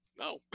No